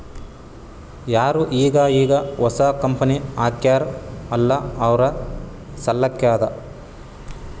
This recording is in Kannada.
ಯಾರು ಈಗ್ ಈಗ್ ಹೊಸಾ ಕಂಪನಿ ಹಾಕ್ಯಾರ್ ಅಲ್ಲಾ ಅವ್ರ ಸಲ್ಲಾಕೆ ಅದಾ